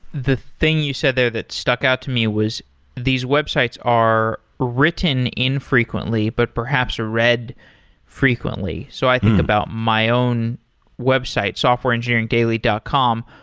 the thing you said there that stuck out to me was these websites are written infrequently, but perhaps read frequently. so i think about my own website, softwareengineeringdaily dot com.